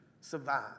survive